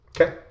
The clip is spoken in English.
okay